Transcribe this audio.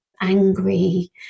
angry